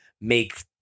make